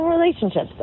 relationships